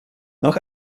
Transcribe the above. nach